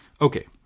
okay